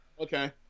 Okay